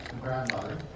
grandmother